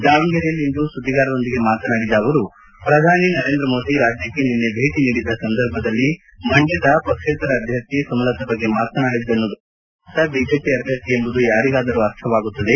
ದಾವಣಗೆರೆಯಲ್ಲಿಂದು ಸುದ್ವಿಗಾರರೊಂದಿಗೆ ಮಾತನಾಡಿದ ಅವರು ಪ್ರಧಾನಿ ನರೇಂದ್ರ ಮೋದಿ ರಾಜ್ಯಕ್ಕೆ ನಿನ್ನೆ ಭೇಟಿ ನೀಡಿದ್ದ ಸಂದರ್ಭದಲ್ಲಿ ಮಂಡ್ಕದ ಪಕ್ಷೇತರ ಅಭ್ಯರ್ಥಿ ಸುಮಲತಾ ಬಗ್ಗೆ ಮಾತನಾಡಿದ್ದನ್ನು ಗಮನಿಸಿದರೆ ಸುಮಲತಾ ಬಿಜೆಪಿ ಅಭ್ಯರ್ಥಿ ಎಂಬುದು ಯಾರಿಗಾದರೂ ಅರ್ಥವಾಗುತ್ತದೆ